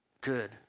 Good